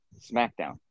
smackdown